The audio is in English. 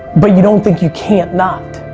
but you don't think you can't not.